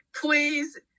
please